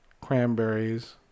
cranberries